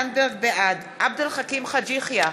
בעד עבד אל חכים חאג' יחיא,